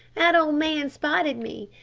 that old man spotted me.